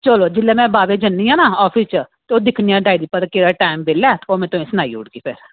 चलो जैल्ले में बाह्वे जन्नी आं ना ऑफिस च ते दिक्खने आं डायरी उप्पर केह्ड़ा टाईम ऐ ते तुसें गी सनाई ओड़नी आं उस बेल्लै